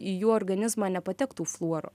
į jų organizmą nepatektų fluoro